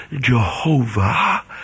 Jehovah